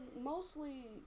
mostly